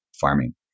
farming